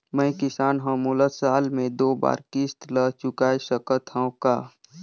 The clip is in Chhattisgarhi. मैं किसान हव मोला साल मे दो बार किस्त ल चुकाय सकत हव का?